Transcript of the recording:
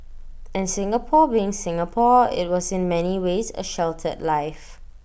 and Singapore being Singapore IT was in many ways A sheltered life